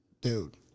Dude